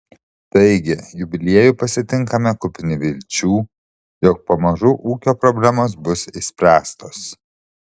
taigi jubiliejų pasitinkame kupini vilčių jog pamažu ūkio problemos bus išspręstos